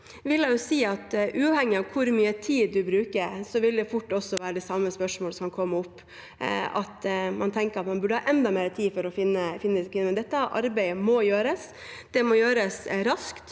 Jeg vil si at uavhengig av hvor mye tid man bruker, vil det fort være det samme spørsmålet som kommer opp, at man tenker at man burde ha enda mer tid for å finne kvinner. Men dette arbeidet må gjøres, det må gjøres raskt,